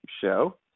show